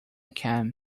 can